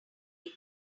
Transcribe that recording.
long